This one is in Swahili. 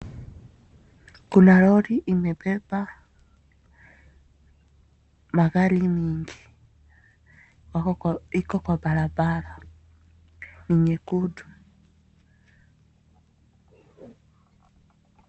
Kuna lori imebeba magari mingi iko kwa barabara ni nyekundu.